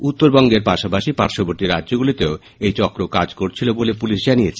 উত্তরবঙ্গের পাশাপাশি পার্শ্ববর্তী রাজ্যগুলিতেও এই চক্র কাজ করছিল বলে পুলিশ জানিয়েছে